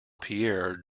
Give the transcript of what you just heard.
pierre